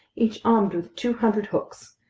each armed with two hundred hooks,